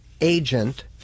agent